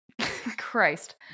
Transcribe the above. Christ